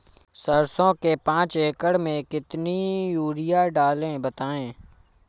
सरसो के पाँच एकड़ में कितनी यूरिया डालें बताएं?